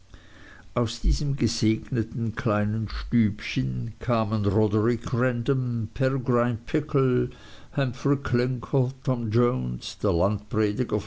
aus diesem gesegneten kleinen stübchen kamen roderick random peregrine pickle